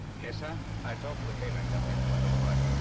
yes, sir? i talked to the catering company it's quite all right.